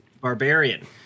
barbarian